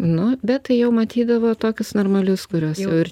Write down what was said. nu bet tai jau matydavo tokius normalius kuriuos ir